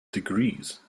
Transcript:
degrees